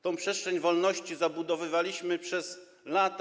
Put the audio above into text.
Tę przestrzeń wolności zabudowywaliśmy przez lata.